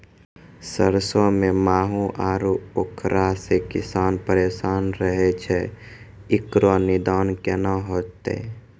सरसों मे माहू आरु उखरा से किसान परेशान रहैय छैय, इकरो निदान केना होते?